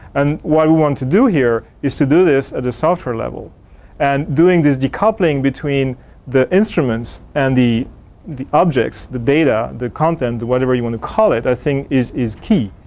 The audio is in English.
and what we want to do here is to do this at the software level and doing this decoupling between the instruments and the the objects, the data, the content, whatever you want to call it, i think is is key.